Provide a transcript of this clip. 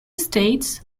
states